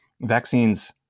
Vaccines